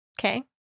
Okay